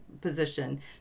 position